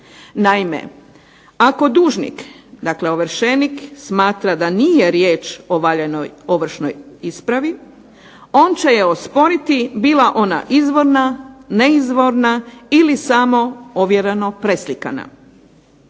Naime, ako dužnik, dakle ovršenik smatra da nije riječ o valjanoj ovršnoj ispravi on će je osporiti bila ona izvorna, neizvorna ili samo ovjereno preslikana.